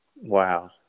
Wow